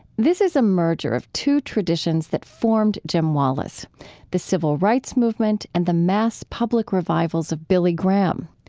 this is a merger of two traditions that formed jim wallis the civil rights movement and the mass public revivals of billy graham.